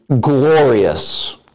glorious